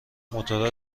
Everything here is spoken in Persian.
موتورا